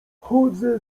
chodzę